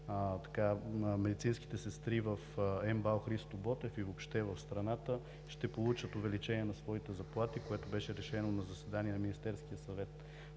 медицинските сестри в МБАЛ „Христо Ботев“ и въобще в страната ще получат увеличение на своите заплати, което беше решено на заседание на Министерския съвет